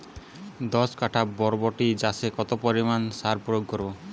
দশ কাঠা বরবটি চাষে কত পরিমাণ সার প্রয়োগ করব?